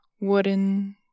wooden